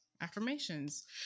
affirmations